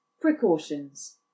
Precautions